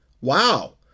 Wow